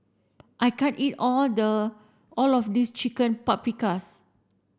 I can't eat all the all of this Chicken Paprikas